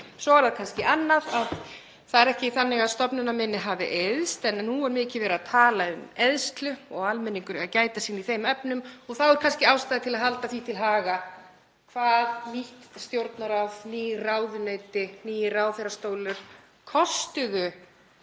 Svo er kannski annað að það er ekki þannig að stofnanaminni hafi eyðst en nú er mikið verið að tala um eyðslu og almenningur eigi að gæta sín í þeim efnum og þá er kannski ástæða til að halda því til haga hvað nýtt Stjórnarráð, ný ráðuneyti og nýir ráðherrastólar kostuðu